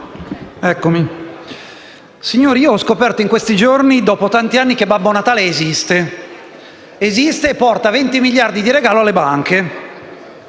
*(M5S)*. Signori, ho scoperto in questi giorni, dopo tanti anni, che Babbo Natale esiste e porta 20 miliardi di regalo alle banche.